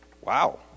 Wow